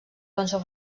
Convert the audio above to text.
cançó